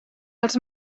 els